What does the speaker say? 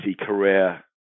career